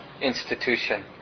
institution